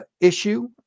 issue